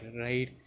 right